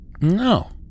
No